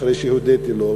אחרי שהודיתי לו,